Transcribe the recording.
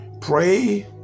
Pray